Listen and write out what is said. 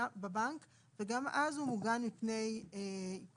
בבנק, וגם אז הוא מוגן מפני עיקולים,